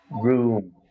room